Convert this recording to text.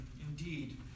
Indeed